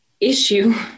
issue